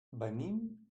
venim